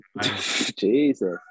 Jesus